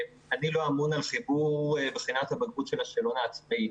אני לא אמור על חיבור בחינת הבגרות של השאלון העצמאי.